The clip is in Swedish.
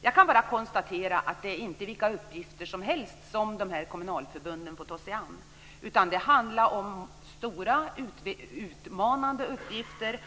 Jag kan bara konstatera att det inte är vilka uppgifter som helst som kommunalförbunden får ta sig an, utan det handlar om stora utmanande uppgifter.